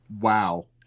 Wow